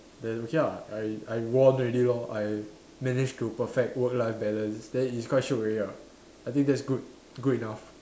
then okay ah I I won already lor I managed to perfect work life balance then it's quite shiok already ah I think that's good good enough